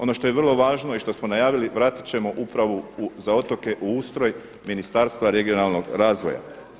Ono što je vrlo važno i što smo najavili vratiti ćemo upravu za otoke u ustroj Ministarstva regionalnog razvoja.